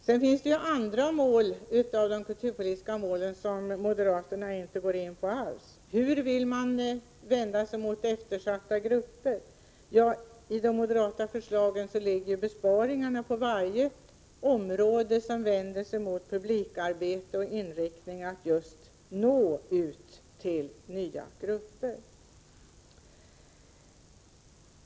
Det finns ju också andra mål inom kulturpolitiken som moderaterna inte går in på alls. Hur vill man vända sig mot eftersatta grupper? I de moderata förslagen ligger besparingarna på varje område som vänder sig mot publikarbete och inriktningen att nå ut till nya grupper.